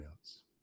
else